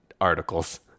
articles